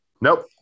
nope